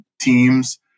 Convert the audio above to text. teams